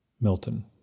Milton